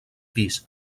pis